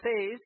says